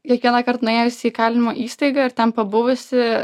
kiekvienąkart nuėjus į įkalinimo įstaigą ir ten pabuvusi